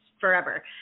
forever